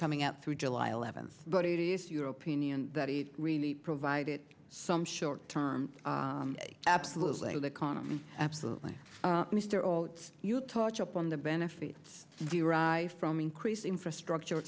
coming up through july eleventh but it is your opinion that it really provided some short term absolutely the economy absolutely mr oates you talk shop on the benefits derived from increase infrastructure